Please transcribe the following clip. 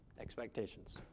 Expectations